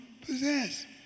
possess